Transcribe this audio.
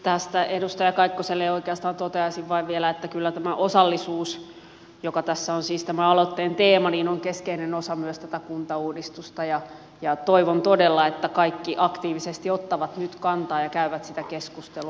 tästä edustaja kaikkoselle oikeastaan toteaisin vain vielä että kyllä tämä osallisuus joka tässä on siis aloitteen teema on keskeinen osa myös kuntauudistusta ja toivon todella että kaikki aktiivisesti ottavat nyt kantaa ja käyvät sitä keskustelua